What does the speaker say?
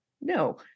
No